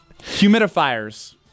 Humidifiers